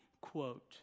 quote